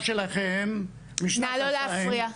שלכם משנת 2000 --- נא לא להפריע,